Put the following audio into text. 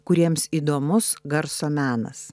kuriems įdomus garso menas